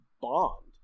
bond